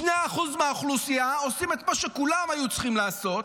2% מהאוכלוסייה עושים את מה שכולם היו צריכים לעשות,